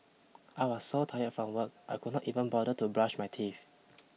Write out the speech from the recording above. I was so tired from work I could not even bother to brush my teeth